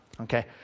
Okay